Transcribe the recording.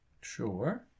Sure